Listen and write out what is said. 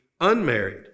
unmarried